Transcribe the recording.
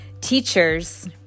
teachers